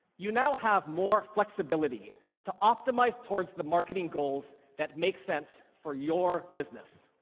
you now have more flexibility to optimize towards the marketing goals that make sense for your business.